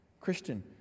Christian